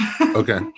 Okay